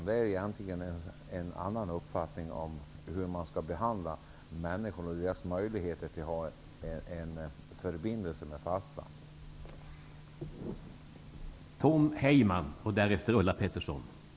Det är fråga om hur man skall behandla människor och deras möjligheter att ha en förbindelse med fastlandet.